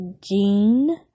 jean